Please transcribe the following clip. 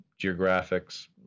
geographics